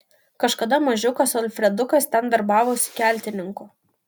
kažkada mažiukas alfredukas ten darbavosi keltininku